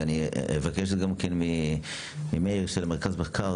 ואני אבקש גם ממאיר ממרכז המחקר